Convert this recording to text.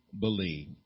believe